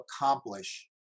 accomplish